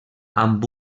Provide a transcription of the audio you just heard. amb